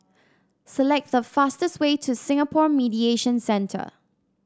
select the fastest way to Singapore Mediation Centre